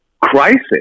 crisis